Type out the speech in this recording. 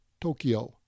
Tokyo